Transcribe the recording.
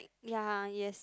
ya yes